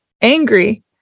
angry